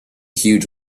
huge